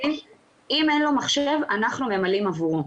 אם אין לו מחשב אנחנו ממלאים עבורו.